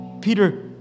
Peter